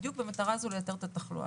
בדיוק במטרה הזו לאתר את התחלואה.